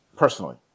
Personally